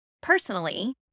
personally